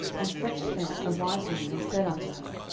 and fetched thence a wise woman, and said unto her,